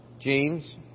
James